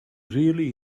really